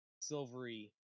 silvery